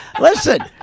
Listen